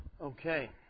Okay